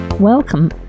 Welcome